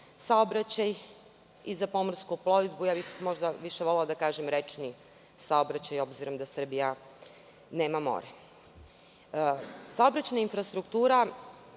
saobraćaj i za pomorsku plovidbu, a više bih volela da kažem rečni saobraćaj obzirom da Srbija nema more. Saobraćajna infrastruktura